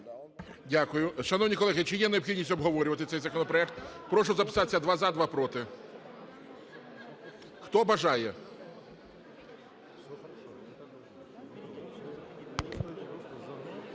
Дякую. Шановні колеги, чи є необхідність обговорювати цей законопроект? Прошу записатися: два – за, два – проти. Хто бажає.